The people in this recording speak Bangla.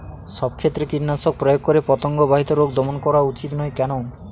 সব ক্ষেত্রে কীটনাশক প্রয়োগ করে পতঙ্গ বাহিত রোগ দমন করা উচিৎ নয় কেন?